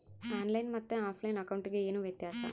On line ಮತ್ತೆ offline ಅಕೌಂಟಿಗೆ ಏನು ವ್ಯತ್ಯಾಸ?